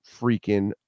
freaking